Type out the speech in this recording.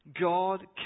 God